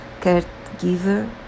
caregiver